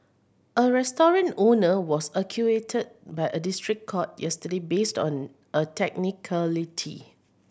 a restaurant owner was acquitted by a district court yesterday based on a technicality